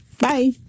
Bye